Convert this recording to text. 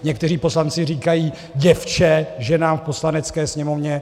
Někteří poslanci říkají děvče ženám v Poslanecké sněmovně.